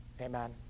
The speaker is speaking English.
Amen